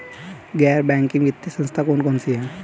गैर बैंकिंग वित्तीय संस्था कौन कौन सी हैं?